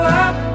up